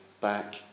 back